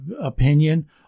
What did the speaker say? opinion